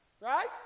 right